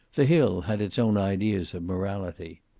the hill had its own ideas of morality.